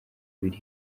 biri